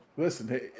Listen